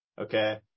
okay